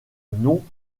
noms